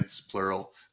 plural